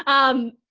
um,